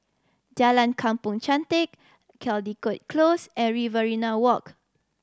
Jalan Kampong Chantek Caldecott Close and Riverina Walk